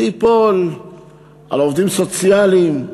זה ייפול על העובדים הסוציאליים,